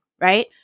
right